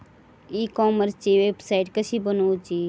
E कॉमर्सची website कशी बनवची?